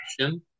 question